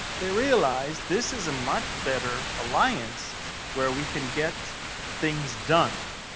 they realize this is a much better alliance where we can get things done.